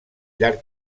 llarg